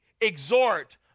exhort